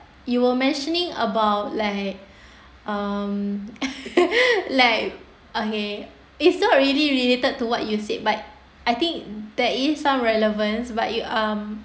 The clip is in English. you were mentioning about like um like okay it's not really related to what you said but I think there is some relevance but you um